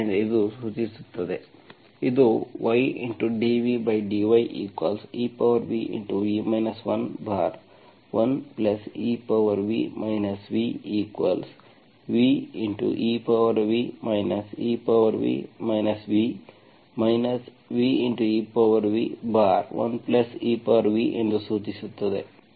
ಆದ್ದರಿಂದ ಇದು ಸೂಚಿಸುತ್ತದೆ ಇದು ydvdyev v 11ev vv ev ev v vev1ev ಎಂದು ಸೂಚಿಸುತ್ತದೆ